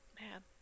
man